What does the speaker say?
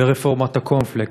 ברפורמת הקורנפלקס,